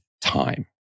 time